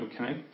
Okay